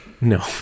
no